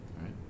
right